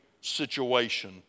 situation